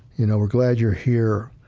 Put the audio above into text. you know, we're glad you're here,